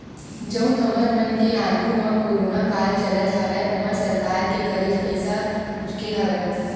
जउन हमर मन के आघू म कोरोना काल चलत हवय ओमा सरकार के काहेच पइसा उरके हवय